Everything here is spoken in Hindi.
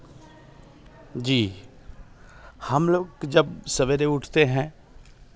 जी हम लोग जब सवेरे उठते हैं